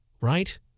right